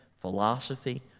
philosophy